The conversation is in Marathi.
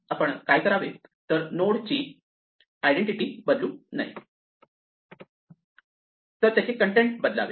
आपण काय करावे तर नोडची आयडेंटिटी बदलू नये तर त्याचे कन्टेन्ट बदलावेत